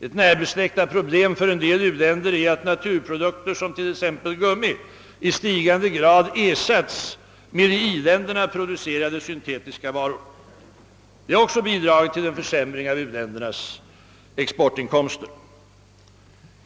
Ett närbesläktat problem för en del u-länder är att naturprodukter, såsom gummi, i stigande grad ersatts med av i-länderna producerade syntetiska varor. Det har också bidragit till en försämring av u-ländernas exportinkomster.